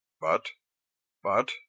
But—but—